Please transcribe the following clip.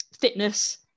fitness